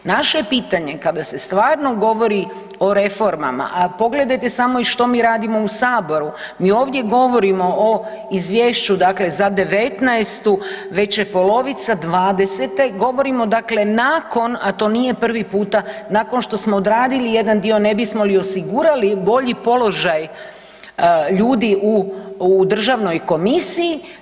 Naše je pitanje, kada se stvarno govori o reformama, a pogledajte samo i što mi radimo u Saboru, mi ovdje govorimo o izvješću za '19., već je polovica '20., govorimo dakle nakon, a to nije prvi puta nakon što smo odradili jedan dio ne bismo li osigurali bolji položaj ljudi u državnoj komisiji.